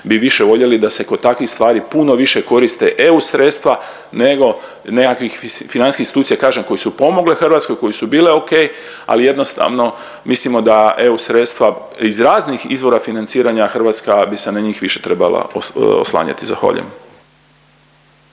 bi više voljeli da se kod takvih stvari puno više koriste EU sredstva nego nekakvih financijskih institucija kažem, koje su pomogle Hrvatskoj, koje su bile ok, ali jednostavno mislimo da EU sredstva iz raznih izvora financiranja Hrvatska bi se na njih više trebala oslanjati. Zahvaljujem.